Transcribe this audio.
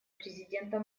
президента